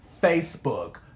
Facebook